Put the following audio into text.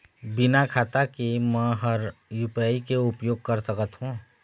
बिना खाता के म हर यू.पी.आई के उपयोग कर सकत हो?